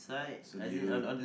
so do you